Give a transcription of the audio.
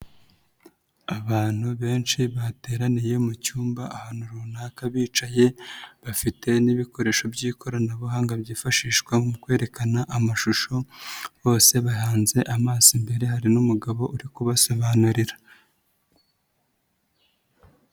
Abantu benshi bateraniye mu cyumba ahantu runaka bicaye, bafite n'ibikoresho by'ikoranabuhanga byifashishwa mu kwerekana amashusho, bose bahanze amaso imbere hari n'umugabo uri kubasobanurira.